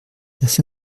dass